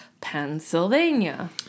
Pennsylvania